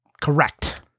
Correct